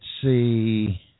see